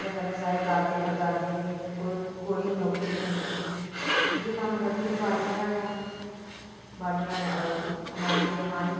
पैह्लें पैह्लें साढ़े दादे परदादे हे कोई कुड़ियां नौकरियां हियां इयै कम्म करदे हे बाड़िये दा गै बाड़ियां कमानी ते खानी